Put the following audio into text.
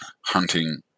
hunting